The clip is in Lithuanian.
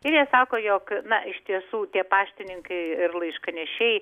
ir jie sako jog na iš tiesų tie paštininkai ir laiškanešiai